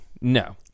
No